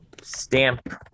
stamp